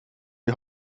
die